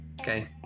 Okay